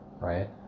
Right